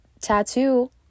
tattoo